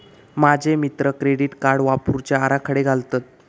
माझे मित्र credit card वापरुचे आराखडे घालतत